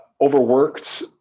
overworked